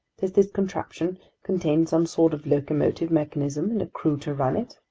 does this contraption contain some sort of locomotive mechanism, and a crew to run it?